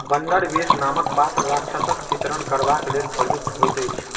बन्नड़ वेश नामके पात्र राक्षसके चित्रण करबाके लेल प्रयुक्त होइत अछि